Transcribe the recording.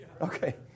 Okay